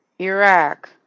Iraq